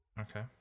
Okay